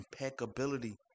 impeccability